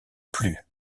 plus